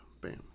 bam